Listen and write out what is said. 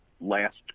last